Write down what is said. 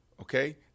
Okay